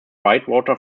whitewater